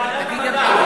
לא,